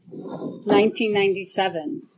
1997